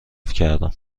کردم